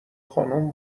خانم